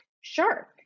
Sure